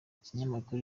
ikinyamakuru